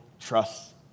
trust